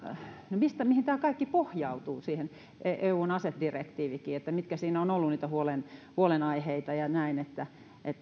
mihin tämä kaikki pohjautuu siihen eun asedirektiiviinkin että mitkä siinä ovat olleet niitä huolenaiheita